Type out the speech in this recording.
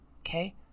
Okay